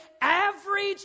average